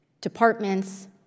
departments